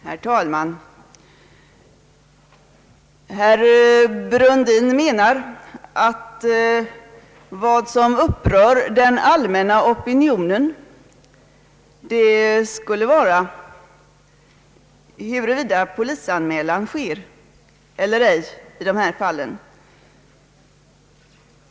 Herr talman! Herr Brundin menar att vad som upprör den allmänna opinionen skulle vara huruvida polisanmälan sker eller ej i dessa fall.